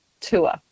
tour